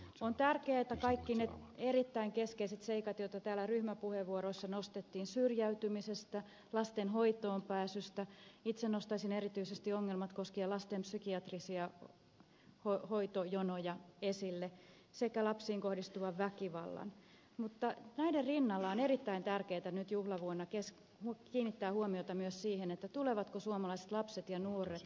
on tärkeää että kaikki ne erittäin keskeiset seikat joita täällä ryhmäpuheenvuoroissa nostettiin syrjäytymisestä lasten hoitoon pääsystä tulisivat huomioiduiksi itse nostaisin esille erityisesti ongelmat koskien lasten psykiatrisia hoitojonoja sekä lapsiin kohdistuvan väkivallan mutta näiden rinnalla on erittäin tärkeätä nyt juhlavuonna kiinnittää huomiota myös siihen tulevatko suomalaiset lapset ja nuoret kuulluiksi